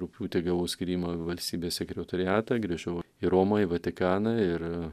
rugpjūtį gavau skyrimą valstybės sekretoriatą grįžau į romą į vatikaną ir